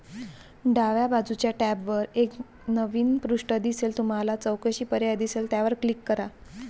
डाव्या बाजूच्या टॅबवर एक नवीन पृष्ठ दिसेल तुम्हाला चौकशी पर्याय दिसेल त्यावर क्लिक करा